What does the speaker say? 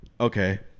Okay